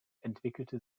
entwickelte